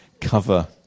cover